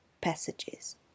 passages